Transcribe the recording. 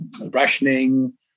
rationing